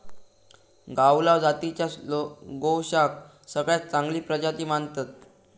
गावलाव जातीच्या गोवंशाक सगळ्यात चांगली प्रजाती मानतत